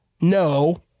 no